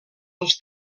els